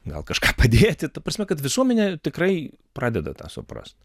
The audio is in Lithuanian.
gal kažką padėti ta prasme kad visuomenė tikrai pradeda tą suprast